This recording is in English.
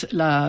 la